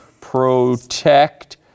protect